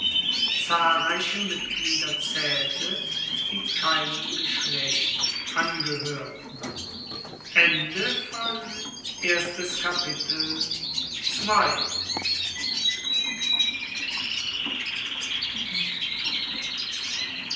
zahlreiche mitglieder zaehlte die keinem geschlecht angehoerten